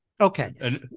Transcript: Okay